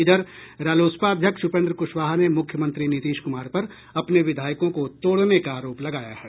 इधर रालोसपा अध्यक्ष उपेन्द्र कुशवाहा ने मुख्यमंत्री नीतीश कुमार पर अपने विधायकों को तोड़ने का आरोप लगाया है